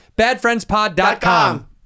Badfriendspod.com